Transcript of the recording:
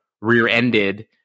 rear-ended